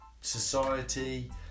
society